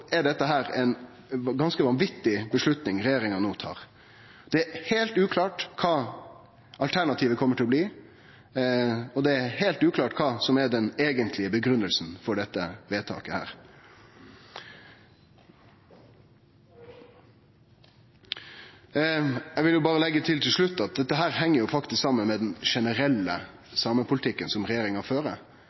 ganske vanvitig avgjerd som regjeringa no tar. Det er heilt uklart kva alternativet kjem til å bli, og det er heilt uklart kva som er den eigentlege grunngivinga for dette vedtaket. Til slutt vil eg vil berre leggje til at dette heng saman med den generelle samepolitikken som regjeringa fører.